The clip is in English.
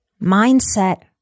mindset